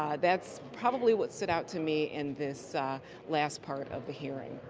um that's probably what stood out to me in this last part of the hearing.